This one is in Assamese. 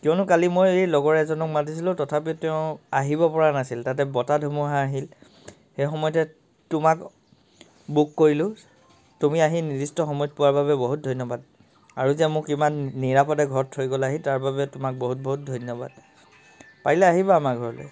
কিয়নো কালি মই এই লগৰ এজনক মাতিছিলোঁ তথাপি তেওঁ আহিব পৰা নাছিল তাতে বতাহ ধুমুহা আহিল সেইসময়তে তোমাক বুক কৰিলোঁ তুমি আহি নিৰ্দিষ্ট সময়ত পোৱাৰ বাবে বহুত ধন্যবাদ আৰু যে মোক ইমান নিৰাপদে ঘৰত থৈ গ'লাহি তাৰবাবে তোমাক বহুত বহুত ধন্যবাদ পাৰিলে আহিবা আমাৰ ঘৰলৈ